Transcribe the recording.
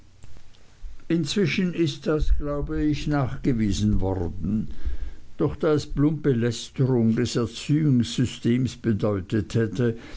inzwischen ist das glaube ich nachgewiesen worden doch da es plumpe lästerung des erziehungssystems bedeutet hätte